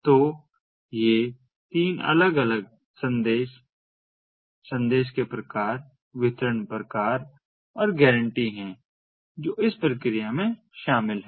तो ये तीन अलग अलग संदेश संदेश के प्रकार वितरण प्रकार और गारंटी हैं जो इस प्रक्रिया में शामिल हैं